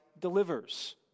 delivers